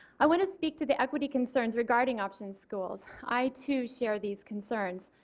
i want to speak to the equity concerns regarding option schools. i too share these concerns.